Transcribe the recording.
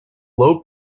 low